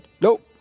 Nope